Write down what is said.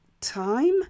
time